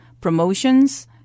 promotions